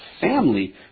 family